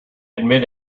admit